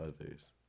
others